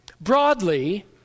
Broadly